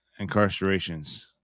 incarcerations